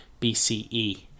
BCE